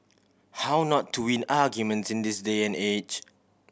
how not to win arguments in this day and age